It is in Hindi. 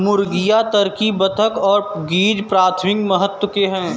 मुर्गियां, टर्की, बत्तख और गीज़ प्राथमिक महत्व के हैं